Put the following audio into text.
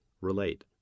Relate